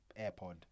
AirPod